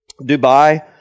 Dubai